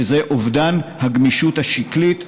וזה אובדן הגמישות השקלית,